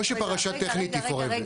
כמו שפרשה טכנית היא forever.